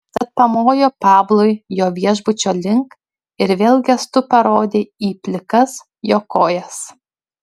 tad pamojo pablui jo viešbučio link ir vėl gestu parodė į plikas jo kojas